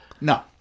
No